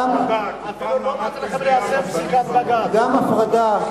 אתם התחלתם עם ההפרדה,